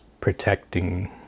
protecting